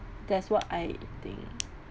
that's what I think